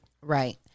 Right